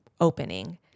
opening